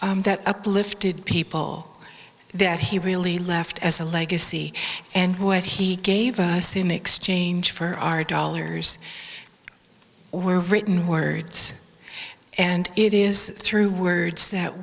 that uplifted people that he really left as a legacy and what he gave us in exchange for our dollars were written words and it is through words that